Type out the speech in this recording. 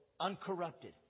uncorrupted